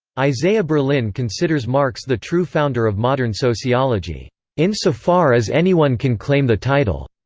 isaiah berlin considers marx the true founder of modern sociology in so far as anyone can claim the title.